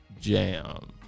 jam